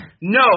No